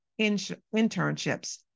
internships